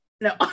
no